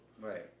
Right